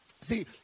See